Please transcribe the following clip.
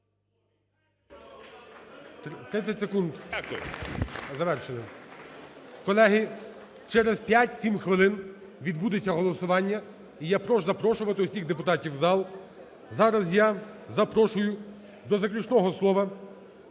Колеги, через 5-7 хвилин відбудеться голосування. І я прошу запрошувати всіх депутатів в зал. Зараз я запрошую до заключного слова